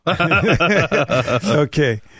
Okay